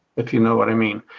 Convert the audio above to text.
if you know what i mean.